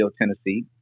Tennessee